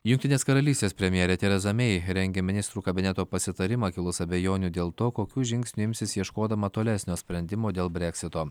jungtinės karalystės premjerė tereza mei rengia ministrų kabineto pasitarimą kilus abejonių dėl to kokių žingsnių imsis ieškodama tolesnio sprendimo dėl breksito